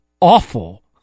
awful